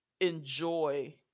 enjoy